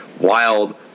wild